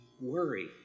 worry